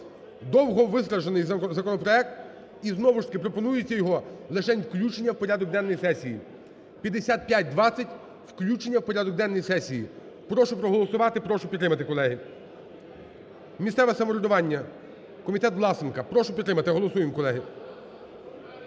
Довговистражданий законопроект. І знову ж таки, пропонується його лишень включення в порядок денний сесії. 5520 включення в порядок денний сесії. Прошу проголосувати. Прошу підтримати, колеги. Місцеве самоврядування, комітет Власенка. Прошу підтримати. Голосуємо, колеги.